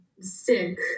sick